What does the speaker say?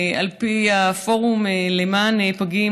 על פי הפורום למען פגים,